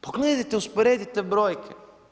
Pogledajte, usporedite brojke.